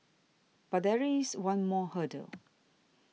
but there is one more hurdle